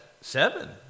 Seven